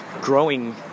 growing